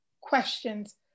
questions